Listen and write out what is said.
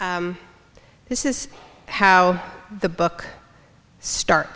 this is how the book start